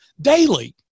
daily